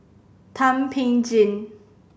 Thum Ping Tjin